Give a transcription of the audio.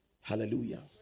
Hallelujah